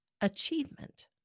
achievement